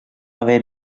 haver